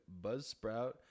Buzzsprout